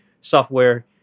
software